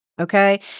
Okay